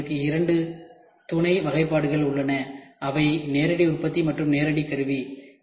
இதில் எங்களுக்கு இரண்டு துணை வகைப்பாடுகள் உள்ளன அவை நேரடி உற்பத்தி மற்றும் நேரடி கருவி